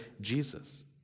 Jesus